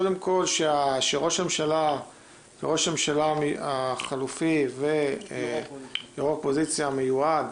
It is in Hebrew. קודם כול שראש הממשלה וראש הממשלה החלופי ויו"ר האופוזיציה המיועד